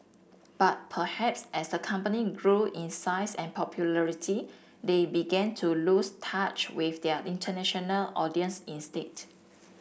but perhaps as the company grew in size and popularity they began to lose touch with their international audience instead